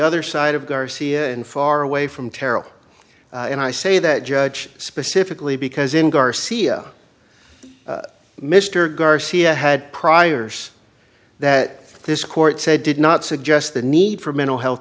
other side of garcia and far away from terrell and i say that judge specifically because in garcia mr garcia had priors that this court said did not suggest the need for mental health